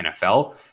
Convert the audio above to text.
nfl